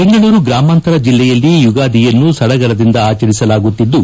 ಬೆಂಗಳೂರು ಗ್ರಾಮಾಂತರ ಜಿಲ್ಲೆಯಲ್ಲಿ ಯುಗಾದಿಯನ್ನು ಸಡಗರದಿಂದ ಆಚರಿಸಲಾಗುತ್ತಿದ್ದು